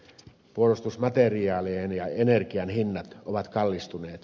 puolustusmateriaalien ja energian hinnat ovat kallistuneet